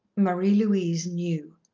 marie-louise knew.